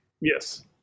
Yes